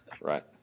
Right